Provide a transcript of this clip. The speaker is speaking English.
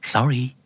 Sorry